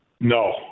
No